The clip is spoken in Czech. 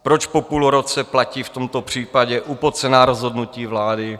Proč po půlroce platí v tomto případě upocená rozhodnutí vlády?